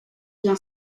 via